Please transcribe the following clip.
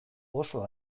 oso